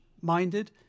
minded